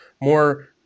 more